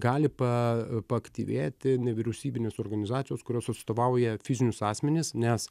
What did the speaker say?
gali pa paaktyvėti nevyriausybinės organizacijos kurios atstovauja fizinius asmenis nes